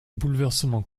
bouleversement